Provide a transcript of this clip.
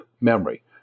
memory